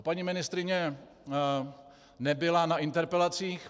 Paní ministryně nebyla na interpelacích.